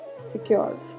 secure